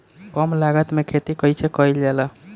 कम लागत में खेती कइसे कइल जाला?